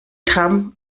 tram